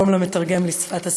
שלום למתרגם לשפת הסימנים.